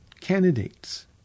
candidates